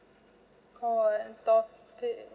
call one topic